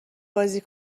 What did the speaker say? بازی